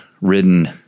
ridden